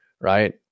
right